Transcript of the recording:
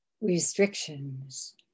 restrictions